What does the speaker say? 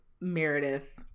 Meredith